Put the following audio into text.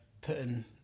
putting